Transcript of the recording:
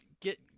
get